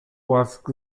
łask